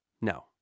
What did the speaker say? No